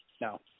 no